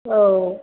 औ